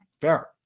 Fair